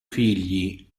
figli